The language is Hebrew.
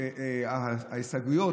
שההסתייגויות,